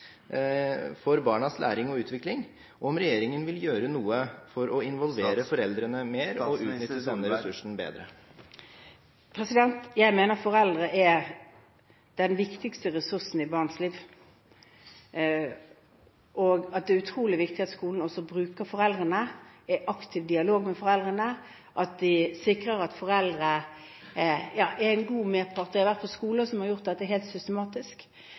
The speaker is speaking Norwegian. for barnas læring og utvikling, og om regjeringen vil gjøre noe for å involvere foreldrene mer og utnytte denne ressursen bedre. Jeg mener foreldre er den viktigste ressursen i barns liv. Det er utrolig viktig at skolen også bruker foreldrene, er i aktiv dialog med foreldrene og sikrer at foreldre er en god medpart. Jeg har vært på skoler som har gjort dette helt systematisk.